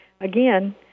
Again